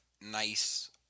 nice